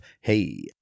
Hey